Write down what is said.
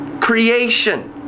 creation